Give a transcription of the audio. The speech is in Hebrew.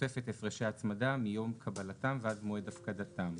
בתוספת הפרשי הצמדה מיום קבלתם ועד מועד הפקדתם".